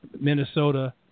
Minnesota